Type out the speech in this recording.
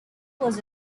was